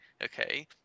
Okay